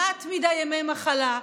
מעט מדי ימי מחלה.